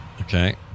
Okay